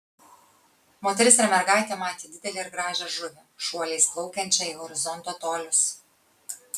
moteris ir mergaitė matė didelę ir gražią žuvį šuoliais plaukiančią į horizonto tolius